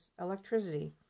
electricity